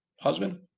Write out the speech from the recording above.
Husband